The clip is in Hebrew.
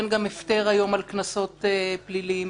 אין היום גם הפטר על קנסות פליליים.